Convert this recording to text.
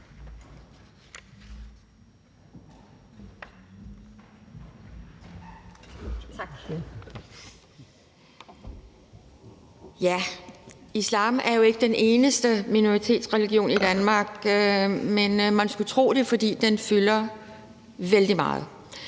Islam er jo ikke den eneste minoritetsreligion i Danmark, men man skulle tro det, fordi den fylder vældig